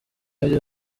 yagize